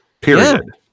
Period